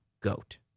goat